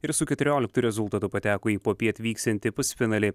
ir su keturioliktu rezultatu pateko į popiet vyksiantį pusfinalį